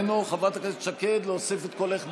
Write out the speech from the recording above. חברת הכנסת שקד, להוסיף את קולך בעד?